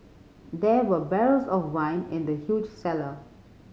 there were barrels of wine in the huge cellar